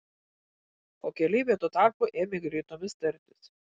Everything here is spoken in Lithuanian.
o keleiviai tuo tarpu ėmė greitomis tartis